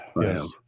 Yes